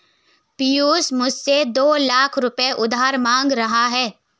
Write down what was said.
पियूष मुझसे दो लाख रुपए उधार मांग रहा है